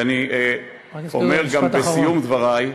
אני אומר גם בסיום דברי,